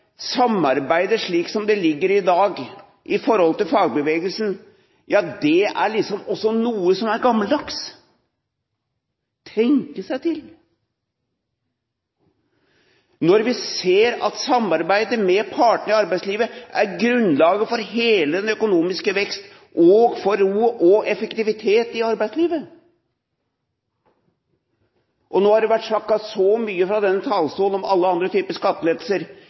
samarbeidet, slik det ligger i dag i forhold til fagbevegelsen, er liksom også noe som er gammeldags. Tenke seg til – når vi ser at samarbeidet med partene i arbeidslivet er grunnlaget for hele den økonomiske vekst og for ro og effektivitet i arbeidslivet! Det har vært snakket så mye fra denne talerstolen om alle andre typer skattelettelser,